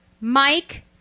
Mike